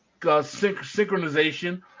synchronization